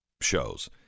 shows